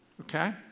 Okay